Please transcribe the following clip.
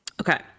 Okay